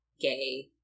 gay